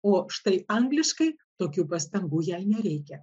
o štai angliškai tokių pastangų jai nereikia